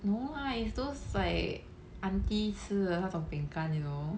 no lah it's those like auntie 吃的那种饼干 you know